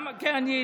כן.